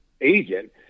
agent